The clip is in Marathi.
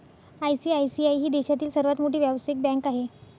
आई.सी.आई.सी.आई ही देशातील सर्वात मोठी व्यावसायिक बँक आहे